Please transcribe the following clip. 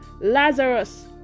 Lazarus